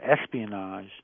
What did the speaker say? espionage